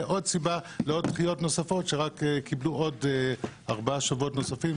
עוד סיבה לדחיות נוספות שקיבלו עוד 4 שבועות נוספים.